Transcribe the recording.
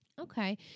Okay